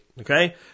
Okay